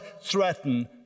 threaten